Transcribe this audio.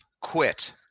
Quit